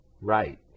Right